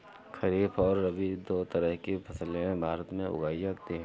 खरीप और रबी दो तरह की फैसले भारत में उगाई जाती है